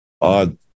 odd